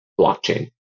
blockchain